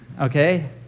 okay